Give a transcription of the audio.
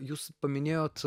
jūs paminėjot